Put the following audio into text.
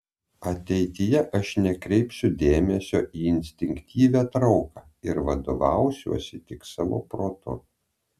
ateityje aš nekreipsiu dėmesio į instinktyvią trauką ir vadovausiuosi tik savo protu